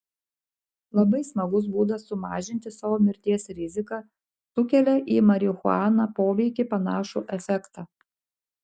labai smagus būdas sumažinti savo mirties riziką sukelia į marihuaną poveikį panašų efektą